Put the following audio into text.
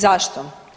Zašto?